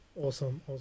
awesome